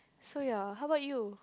so your how about you